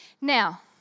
Now